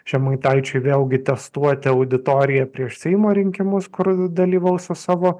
žemaitaičiui vėlgi testuoti auditoriją prieš seimo rinkimus kur dalyvaus savo